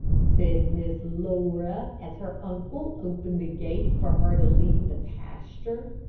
said miss laura, as her uncle opened the gate for her to leave the pasture.